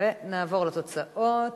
ונעבור לתוצאות: